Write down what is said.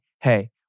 Hey